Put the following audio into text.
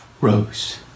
rose